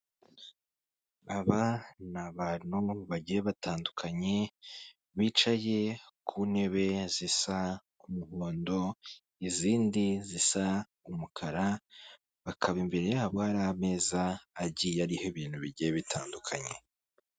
Aba ni abantu bagiye batandukanye, bicaye ku ntebe zisa n'umuhondo, izindi zisa umukara bakaba imbere yabo hari ameza agiye ariho ibintu bigiye bitandukanye.